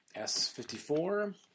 S54